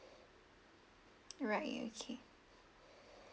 right okay